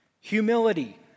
humility